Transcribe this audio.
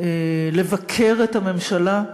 לבקר את הממשלה.